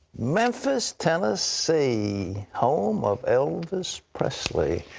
memphis, tennessee, home of elvis presley.